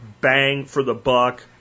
bang-for-the-buck